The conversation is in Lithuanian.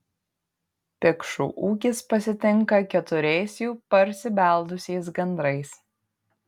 pikšų ūkis pasitinka keturiais jau parsibeldusiais gandrais